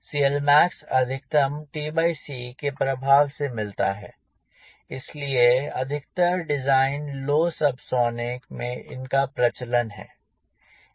CLmax अधिकतम के प्रभाव से मिलता है इसलिए अधिकतर डिज़ाइन लो सब सोनिक में इनका प्रचलन है